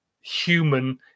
human